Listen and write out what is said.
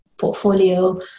portfolio